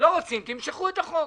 לא רוצים תמשכו את החוק.